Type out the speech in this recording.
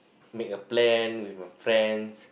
make a plan with my friends